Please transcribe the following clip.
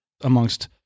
amongst